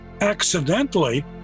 accidentally